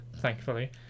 thankfully